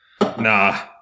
Nah